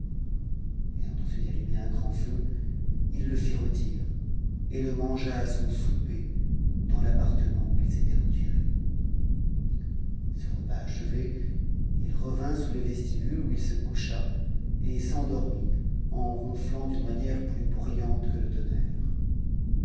corps ayant ensuite allumé un grand feu il le fit rôtir et le mangea son souper dans l'appartement où il s'était retiré ce repas achevé il revint sous le vestibule où il se coucha et s'endormit en ronflant d'une manière plus bruyante que le tonnerre